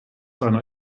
einer